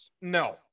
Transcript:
No